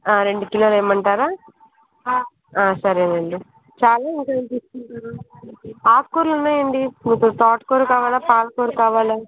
రెండు కిలోలు ఇమ్మంటారా సరేనండి చాలా ఇంకేమైనా తీసుకుంటారా ఆకుకూరలు ఉన్నాయండి మీకు తోటకూర కావాలా పాలకూర కావాలా